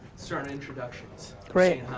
starting introductions. great.